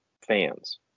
fans